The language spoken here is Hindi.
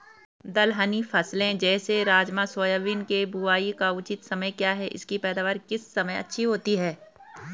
दलहनी फसलें जैसे राजमा सोयाबीन के बुआई का उचित समय क्या है इसकी पैदावार किस समय अच्छी होती है?